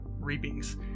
reapings